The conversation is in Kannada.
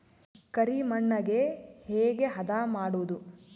ಕರಿ ಮಣ್ಣಗೆ ಹೇಗೆ ಹದಾ ಮಾಡುದು?